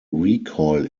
recoil